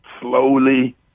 slowly